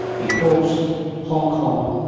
because hong kong,